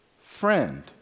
friend